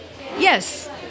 Yes